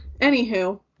Anywho